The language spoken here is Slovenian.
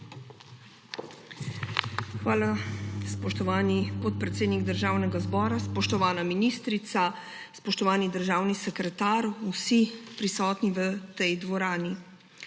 Hvala, spoštovani podpredsednik Državnega zbora. Spoštovana ministrica, spoštovani državni sekretar, vsi prisotni v tej dvorani!